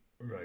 Right